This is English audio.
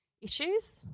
issues